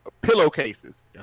pillowcases